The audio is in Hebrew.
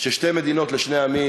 ששתי מדינות לשני עמים,